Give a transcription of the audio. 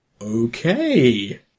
okay